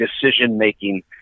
decision-making